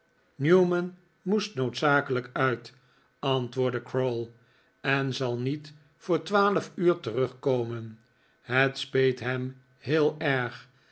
newman moest noodzakeliik uit antwoordde growl en zal niet voor twaalf uur terugkomen het speet hem heel erg